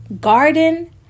garden